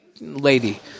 lady